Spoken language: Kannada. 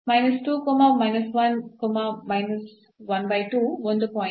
ಒಂದು ಪಾಯಿಂಟ್